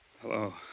Hello